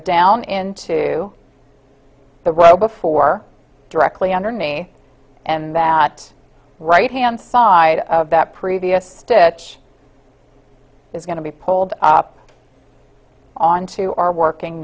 down into the well before directly underneath and that right hand side of that previous stitch is going to be pulled up on to our working